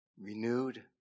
renewed